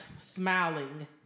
smiling